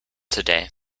today